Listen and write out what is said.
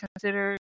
consider